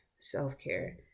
self-care